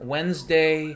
Wednesday